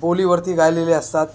बोलीवरती गायलेले असतात